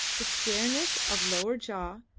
the squareness of lower jaw,